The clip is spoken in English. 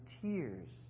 tears